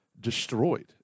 destroyed